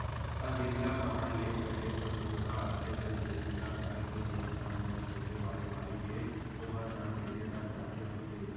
अकेल्ला काँहा ले करे सकहूं गा अते कन खेती ल घर के मोर संग मोर छोटे वाले भाई हे ओहा संग देथे तब जाके होथे